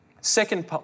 Second